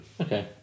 Okay